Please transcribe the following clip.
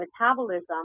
metabolism